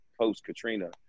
post-Katrina